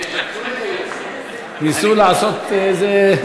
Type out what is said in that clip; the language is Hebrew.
ניסו לעשות זה,